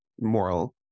moral